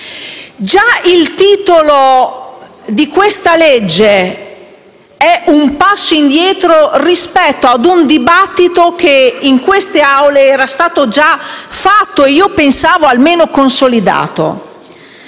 Già il titolo di questa legge è un passo indietro rispetto a un dibattito che in queste Aule era già stato fatto e che pensavo consolidato.